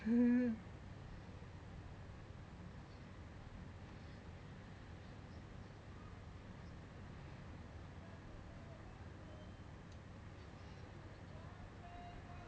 mm